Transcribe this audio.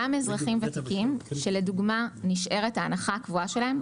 גם אזרחים ותיקים שלדוגמה נשארת ההנחה הקבועה שלהם,